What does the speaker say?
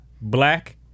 black